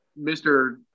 Mr